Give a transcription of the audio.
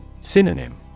Synonym